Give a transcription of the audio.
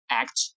act